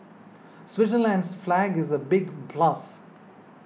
Switzerland's flag is a big plus